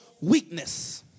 weakness